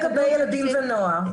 חלק גדול לילדים ונוער.